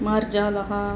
मार्जालः